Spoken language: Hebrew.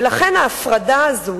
ולכן ההפרדה הזאת,